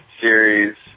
series